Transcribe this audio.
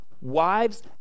wives